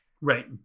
Right